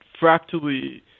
fractally